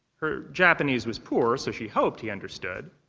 her japanese was poor, so she hoped he understood.